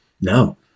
No